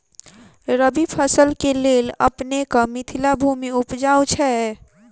रबी फसल केँ लेल अपनेक मिथिला भूमि उपजाउ छै